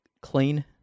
clean